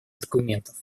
документов